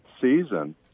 season